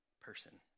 person